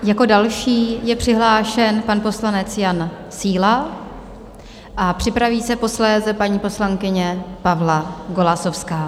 Jako další je přihlášen pan poslanec Jan Síla a připraví se posléze paní poslankyně Pavla Golasowská.